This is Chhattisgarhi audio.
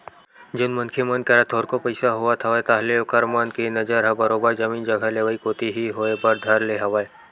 जउन मनखे मन करा थोरको पइसा होवत हवय ताहले ओखर मन के नजर ह बरोबर जमीन जघा लेवई कोती ही होय बर धर ले हवय